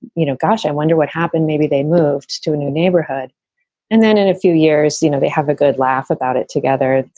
you know, gosh, i wonder what happened. maybe they moved to a new neighborhood and then in a few years, you know, they have a good laugh about it together.